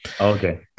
Okay